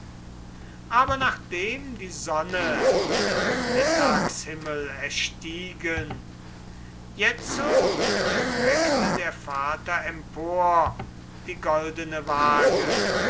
aber nachdem die sonne den mittagshimmel erstiegen jetzo streckte der vater empor die goldene waage